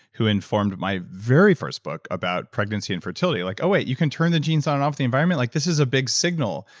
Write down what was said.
who informed my very first book about pregnancy and fertility, like, oh, wait, you can turn the genes on and off in the environment? like this is a big signal.